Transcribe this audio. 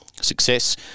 Success